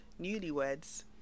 Newlyweds